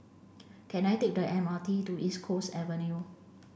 can I take the M R T to East Coast Avenue